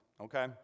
okay